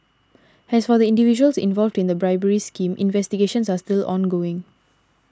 as for the individuals involved in the bribery scheme investigations are still ongoing